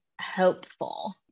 hopeful